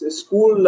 school